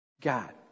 God